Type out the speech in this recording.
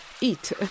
eat